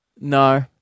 no